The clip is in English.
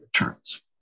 returns